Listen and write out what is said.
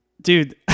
dude